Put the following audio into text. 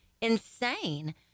insane